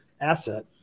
asset